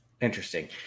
interesting